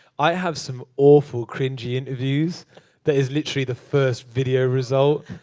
i have some awful cringe-y interviews that is literally the first video result.